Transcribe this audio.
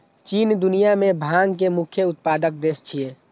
चीन दुनिया मे भांग के मुख्य उत्पादक देश छियै